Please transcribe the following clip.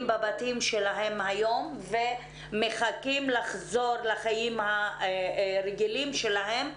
בבתים שלהם היום ומחכים לחזור לחיים הרגילים שלהם,